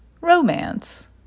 romance